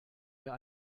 mehr